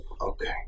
okay